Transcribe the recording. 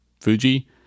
Fuji